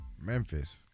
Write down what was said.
Memphis